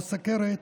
או סוכרת,